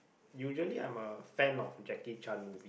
usually I'm a fan of the Jackie-Chan movie